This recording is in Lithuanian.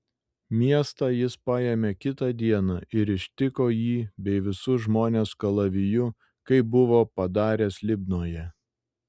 miestą jis paėmė kitą dieną ir ištiko jį bei visus žmones kalaviju kaip buvo padaręs libnoje